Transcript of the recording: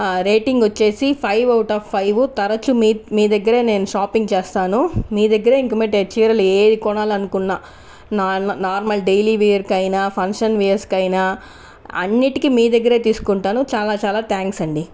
rating వచ్చేసి five out of five తరచూ మీ మీ దగ్గరే నేను షాపింగ్ చేస్తాను మీ దగ్గర ఇంక మీదట చీరలు ఏవి కోనాలనుకున్న నార్మల్ నార్మల్ డైలీ వేర్కైనా ఫంక్షన్ వేర్ కైనా అన్నిటికి మీ దగ్గరే తీసుకుంటాను చాలా చాలా త్యాంక్స్ అండి